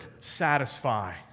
satisfy